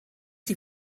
die